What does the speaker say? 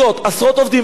מי מחזיק את זה?